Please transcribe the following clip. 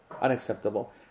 Unacceptable